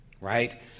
right